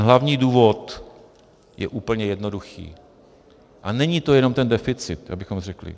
Hlavní důvod je úplně jednoduchý, a není to jenom deficit, abychom řekli.